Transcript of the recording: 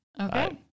Okay